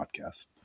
Podcast